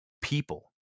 people